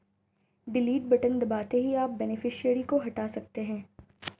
delete button दबाते ही आप बेनिफिशियरी को हटा सकते है